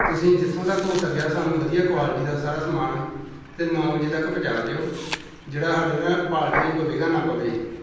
ਤੁਸੀਂ ਜਿੱਥੋਂ ਤੱਕ ਹੋ ਸਕਿਆ ਸਾਨੂੰ ਵਧੀਆ ਕੁਆਲਿਟੀ ਦਾ ਸਾਰਾ ਸਮਾਨ ਅਤੇ ਨੌ ਵਜੇ ਤੱਕ ਪਹੁੰਚਾ ਦਿਓ ਜਿਹੜਾ ਸਾਡੇ ਨਾ ਪਾਰਟੀ ਦੇ ਵਿੱਚ ਕੋਈ ਵਿਘਨ ਨਾ ਪਵੇ